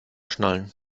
schnallen